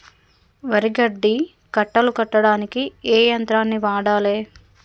వరి గడ్డి కట్టలు కట్టడానికి ఏ యంత్రాన్ని వాడాలే?